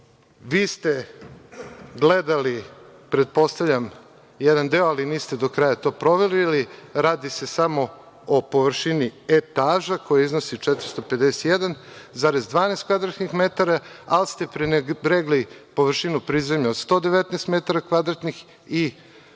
Vi ste gledali pretpostavljam jedan deo, ali niste do kraja to proverili, radi se samo o površini etaža koja iznosi 451,12 kvadratnih metara, ali ste prenebregli površinu prizemlja 119